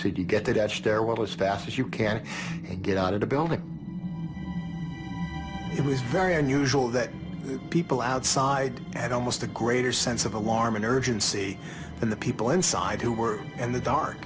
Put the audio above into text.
said you get that out stairwell as fast as you can get out of the building it was very unusual that people outside at almost a greater sense of alarm an urgency than the people inside who were in the dar